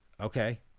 Okay